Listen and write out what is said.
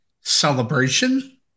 celebration